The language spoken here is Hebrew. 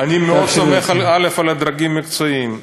אני סומך על הדרגים המקצועיים.